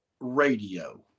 Radio